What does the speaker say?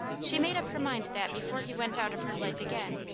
she made up her mind that before he went out of her life again,